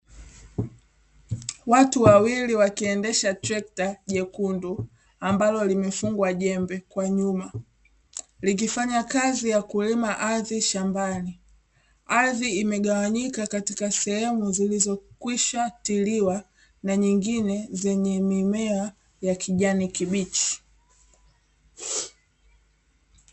Watu wawili wakiendesha trekta jekundu ambalo limefungwa jembe kwa nyuma likifanya kazi ya kulima ardhi shambani. Ardhi imegawanyika katika sehemu zilizokwisha tiliwa na nyingine zenye mimea ya kijani kibichi.